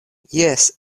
jes